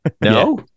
No